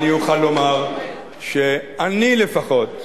אני אוכל לומר שאני, לפחות,